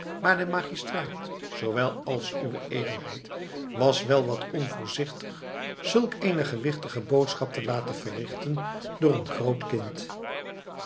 maar de magistraat zoowel als uwe edelheid was wel wat onvoorzichtig zulk eene gewichtige boodschap te laten verrichten door een groot kind